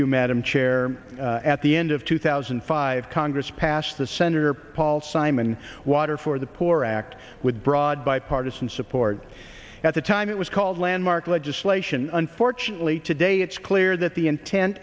madam chair at the end of two thousand and five congress passed the senator paul simon water for the poor act with broad bipartisan support at the time it was called landmark legislation unfortunately today it's clear that the intent